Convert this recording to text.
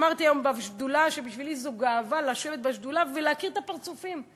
אמרתי היום בשדולה שבשבילי זו גאווה לשבת בשדולה ולהכיר את הפרצופים,